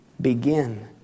begin